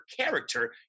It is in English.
character